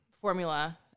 formula